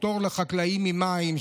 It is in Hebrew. פטור לחקלאים ממים,